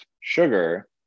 sugar